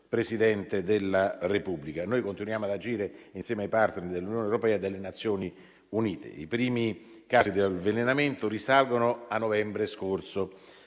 Presidente della Repubblica. Noi continuiamo ad agire insieme ai *partner* dell'Unione europea e delle Nazioni Unite. I primi casi di avvelenamento risalgono a novembre scorso,